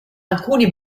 alcuni